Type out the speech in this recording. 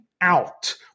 out